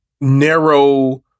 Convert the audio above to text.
narrow